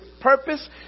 purpose